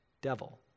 devil